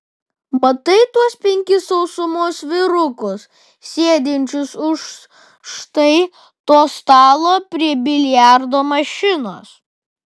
matai tuos penkis sausumos vyrukus sėdinčius už štai to stalo prie biliardo mašinos